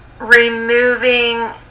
Removing